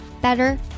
better